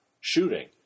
shooting